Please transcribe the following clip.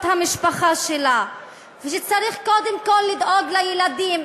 המשפחה שלה ושצריך קודם כול לדאוג לילדים.